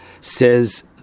says